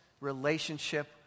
relationship